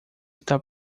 está